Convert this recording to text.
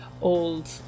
old